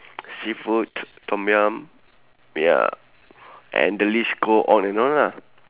seafood tom yam ya and the list go on and on ah